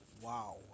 Wow